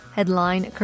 Headline